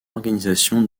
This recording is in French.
organisation